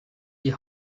die